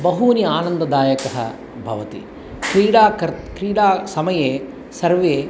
बहू आनन्ददायकः भवति क्रीडा कर् क्रीडासमये सर्वे